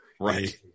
Right